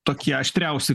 tokie aštriausi